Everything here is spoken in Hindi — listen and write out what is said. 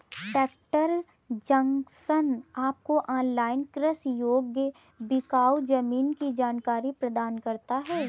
ट्रैक्टर जंक्शन आपको ऑनलाइन कृषि योग्य बिकाऊ जमीन की जानकारी प्रदान करता है